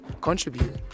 contribute